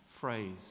phrase